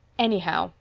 anyhow,